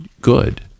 good